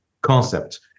concept